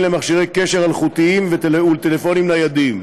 למכשירי קשר אלחוטיים ולטלפונים ניידים.